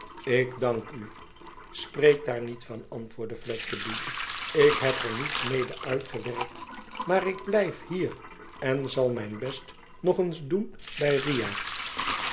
ik dank u spreek daar niet van antwoordde fledgeby tik heb er niets mede uitgewerkt maar ik blijf hier en zal mijn best nog eens doen bij riah